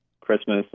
Christmas